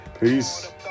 Peace